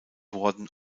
worden